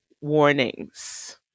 warnings